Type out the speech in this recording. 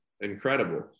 incredible